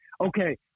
okay